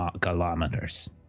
kilometers